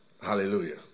Hallelujah